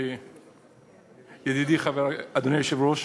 אדוני היושב-ראש,